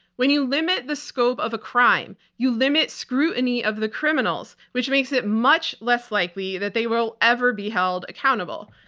when you limit the scope of a crime, you limit scrutiny of the criminals, which makes it much less likely likely that they will ever be held accountable.